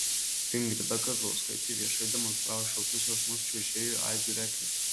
ingrida kazlauskaitė viešai demonstravo šiltus jausmus čiuožėjui aidui rekliui